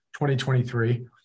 2023